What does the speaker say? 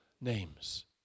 names